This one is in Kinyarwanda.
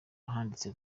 ahanditse